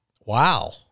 wow